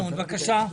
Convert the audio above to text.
אימאן, בקשה.